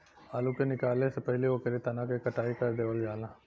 आलू के निकाले से पहिले ओकरे तना क कटाई कर देवल जाला